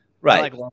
right